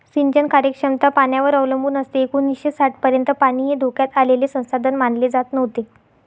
सिंचन कार्यक्षमता पाण्यावर अवलंबून असते एकोणीसशे साठपर्यंत पाणी हे धोक्यात आलेले संसाधन मानले जात नव्हते